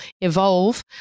evolve